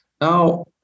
Now